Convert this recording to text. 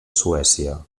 suècia